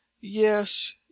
yes